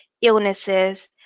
illnesses